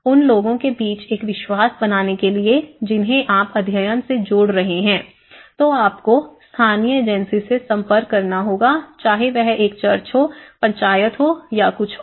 उन लोगों के बीच एक विश्वास बनाने के लिए जिन्हें आप अध्ययन से जोड़ रहे हैं तो आपको स्थानीय एजेंसी से संपर्क करना होगा चाहे वह एक चर्च हो पंचायत हो या कुछ और